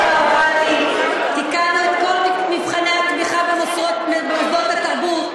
תיקנו את כל מבחני התמיכה במוסדות התרבות,